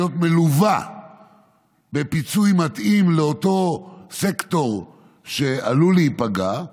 מלווה בפיצוי מתאים לאותו סקטור שעלול להיפגע,